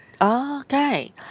Okay